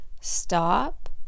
stop